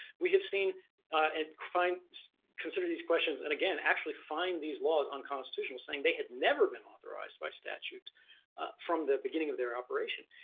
we have seen and consider these questions, and again, actually find these laws unconstitutional, saying they had never been authorized by statute from the beginning of their operation.